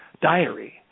diary